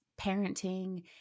parenting